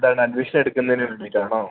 എന്താണ് അഡ്മിഷൻ എടുക്കുന്നതിന് വേണ്ടിയിട്ടാണോ